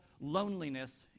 loneliness